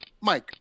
Mike